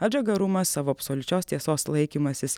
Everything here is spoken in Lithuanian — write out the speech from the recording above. atžagarumas savo absoliučios tiesos laikymasis